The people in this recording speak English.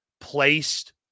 placed